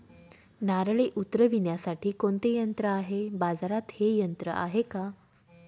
नारळे उतरविण्यासाठी कोणते यंत्र आहे? बाजारात हे यंत्र आहे का?